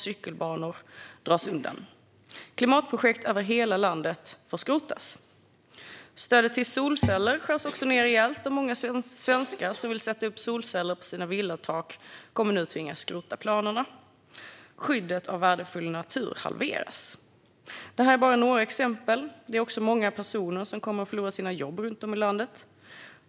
Cykelbanor dras undan. Klimatprojekt över hela landet får skrotas. Stödet till solceller skärs ned rejält, och många svenskar som vill sätta upp solceller på sina villatak kommer nu att tvingas skrota planerna. Skyddet av värdefull natur halveras. Det här är bara några exempel. Det är också många personer som kommer att förlora sina jobb runt om i landet.